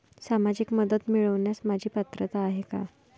सामाजिक मदत मिळवण्यास माझी पात्रता आहे का?